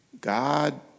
God